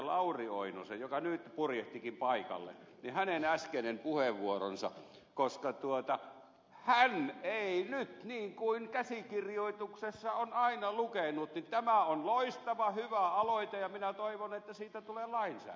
lauri oinosen joka nyt purjehtikin paikalle äskeinen puheenvuoro koska hän ei nyt sanonut niin kuin käsikirjoituksessa on aina lukenut tämä on loistava hyvä aloite ja minä toivon että siitä tulee lainsäädäntöä